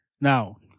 Now